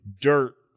dirt